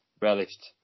relished